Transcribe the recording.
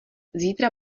zítra